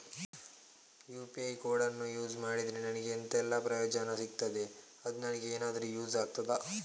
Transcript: UPI ಕೋಡನ್ನು use ಮಾಡಿದ್ರೆ ನನಗೆ ಎಂಥೆಲ್ಲಾ ಪ್ರಯೋಜನ ಸಿಗ್ತದೆ, ಅದು ನನಗೆ ಎನಾದರೂ ಯೂಸ್ ಆಗ್ತದಾ?